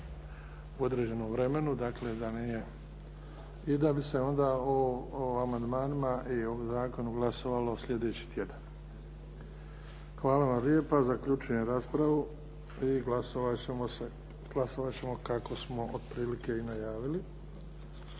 u određenom vremenu i da bi se o amandmanima i o zakonu glasovalo slijedeći tjedna. Hvala vam lijepa. Zaključujem raspravu. I glasovat ćemo kako smo otprilike i najavili.